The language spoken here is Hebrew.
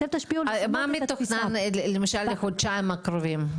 מה למשל מתוכנן לחודשיים הקרובים?